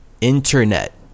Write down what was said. Internet